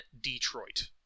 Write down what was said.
Detroit